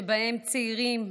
שבהם צעירים,